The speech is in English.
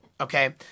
okay